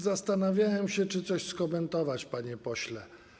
Zastanawiałem się, czy to skomentować, panie pośle.